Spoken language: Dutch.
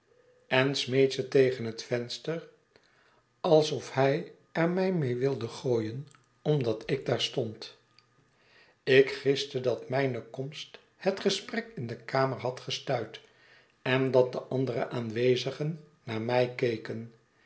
en smeet ze tegen het venster alsof hij er mij mee wilde gooien omdat ik daar stond ik giste dat mijne komst het gesprek in de kamer had gestuit en dat de andere aanwezigen naar mij keken